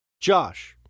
Josh